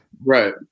Right